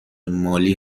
مالی